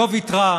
לא ויתרה,